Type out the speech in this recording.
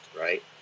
right